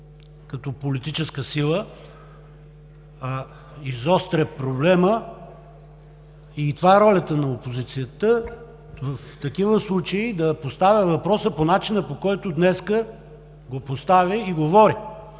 като политическа сила изостря проблема. Това е ролята на опозицията – в такива случаи да поставя въпроса по начина, по който днес го постави и говори,